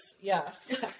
Yes